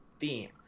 theme